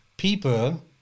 people